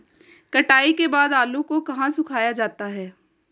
कटाई के बाद आलू को कहाँ सुखाया जाता है?